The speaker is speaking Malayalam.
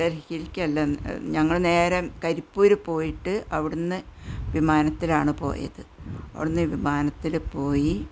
ഡല്ഹിക്കല്ല ഞങ്ങൾ നേരെ കരിപ്പൂർ പോയിട്ട് അവിടെനിന്ന് വിമാനത്തിലാണ് പോയത് അവിടെ നിന്ന് വിമാനത്തില് പോയി